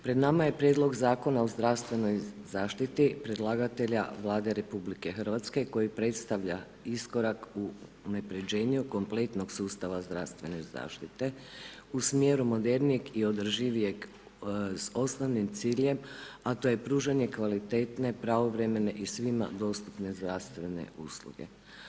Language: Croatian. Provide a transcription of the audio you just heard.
Pred nama je Prijedlog Zakona o zdravstvenoj zaštiti predlagatelja Vlade RH koji predstavlja iskorak u unapređenju kompletnog sustava zdravstvene zaštite u smjeru modernijeg i održivijeg s osnovnim ciljem, a to je pružanje kvalitetne, pravovremene i svima dostupne zdravstvene usluge.